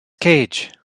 cage